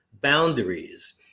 boundaries